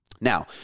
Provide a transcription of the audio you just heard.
Now